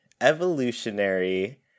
evolutionary